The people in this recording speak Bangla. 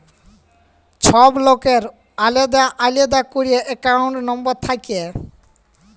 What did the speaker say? ছব লকের আলেদা আলেদা ক্যইরে একাউল্ট লম্বর থ্যাকে